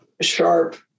sharp